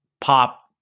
pop